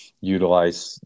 utilize